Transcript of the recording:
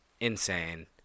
insane